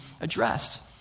addressed